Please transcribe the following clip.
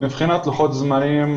מבחינת לוחות זמנים,